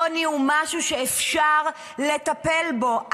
עוני הוא משהו שאפשר לטפל בו.